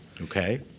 Okay